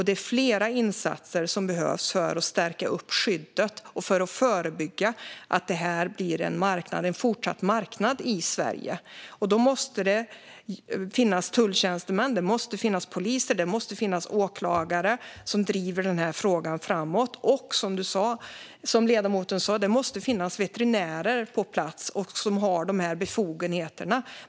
Det är flera insatser som behövs för att stärka skyddet och för att förebygga att det här blir en fortsatt marknad i Sverige. Då måste det finnas tulltjänstemän, poliser och åklagare som driver frågan framåt. Som ledamoten sa måste det också finnas veterinärer på plats som har befogenheter.